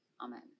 Amen